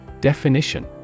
Definition